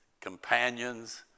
companions